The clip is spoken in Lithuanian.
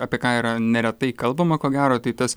apie ką yra neretai kalbama ko gero tai tas